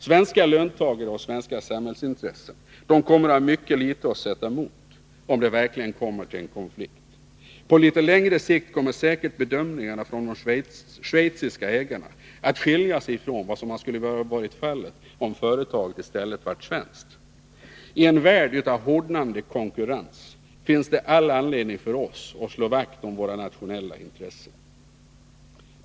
Svenska löntagare och svenska samhällsintressen kommer att ha mycket litet att sätta mot, om det verkligen kommer till en konflikt. På litet längre sikt kommer säkert bedömningarna från de schweiziska ägarna att skilja sig från vad som skulle ha varit fallet om företaget i stället hade varit svenskt. I en värld av hårdnande konkurrens finns det all anledning för oss att slå vakt om våra nationella intressen.